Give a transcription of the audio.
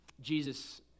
Jesus